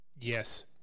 yes